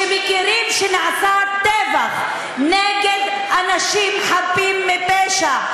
שמכירים שנעשה טבח באנשים חפים מפשע,